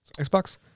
Xbox